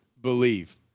believe